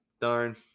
Darn